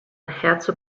herzog